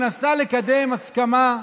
מנסה לקדם הסכמה,